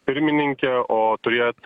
pirmininkė o turėt